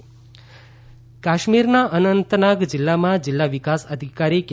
ration card કાશ્મીરના અનંતનાગ જિલ્લામાં જિલ્લા વિકાસ અધિકારી કે